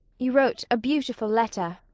you wrote a beautiful letter.